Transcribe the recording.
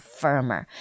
firmer